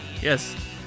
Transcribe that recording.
Yes